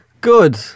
good